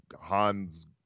Han's